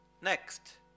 Next